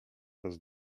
raz